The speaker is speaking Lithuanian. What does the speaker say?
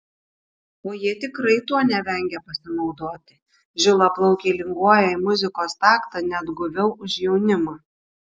o jie tikrai tuo nevengia pasinaudoti žilaplaukiai linguoja į muzikos taktą net guviau už jaunimą